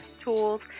tools